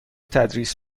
تدریس